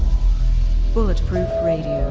bulletproof radio,